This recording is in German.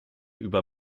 über